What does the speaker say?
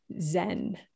Zen